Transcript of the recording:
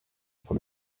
pour